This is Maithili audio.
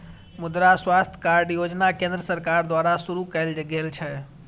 मुद्रा स्वास्थ्य कार्ड योजना केंद्र सरकार द्वारा शुरू कैल गेल छै